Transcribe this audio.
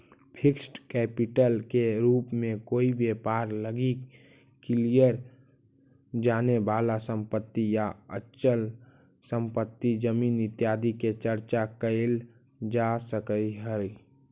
fixed capital के रूप में कोई व्यापार लगी कलियर जाने वाला संपत्ति या अचल संपत्ति जमीन इत्यादि के चर्चा कैल जा सकऽ हई